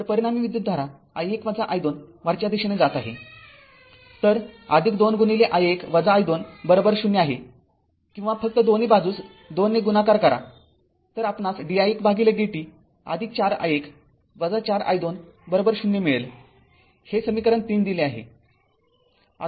तर परिणामी विद्युतधारा i१ i२ वरच्या दिशेने जात आहे तर २ i१ i२ 0 आहे किंवा फक्त दोन्ही बाजूस २ ने गुणाकार करा तर आपणास di१dt४i१ ४i२0 मिळेल हे समीकरण ३ दिले आहे